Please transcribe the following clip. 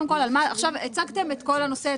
עכשיו הצגתם את כל הנושא,